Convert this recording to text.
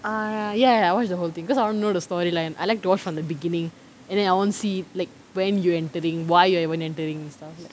ah ya ya I watch the whole thing because I want to know the storyline and I like to watch from the beginning and then I want see like when you entering why you're even entering stuffs